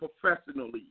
professionally